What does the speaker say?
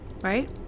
Right